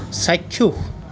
চাক্ষুষ